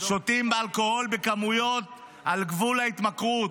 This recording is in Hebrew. שותים אלכוהול בכמויות על גבול ההתמכרות,